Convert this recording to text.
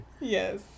Yes